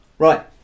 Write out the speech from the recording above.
Right